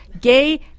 gay